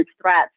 threats